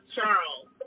Charles